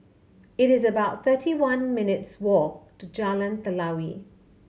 it's about thirty one minutes' walk to Jalan Telawi